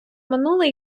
минуле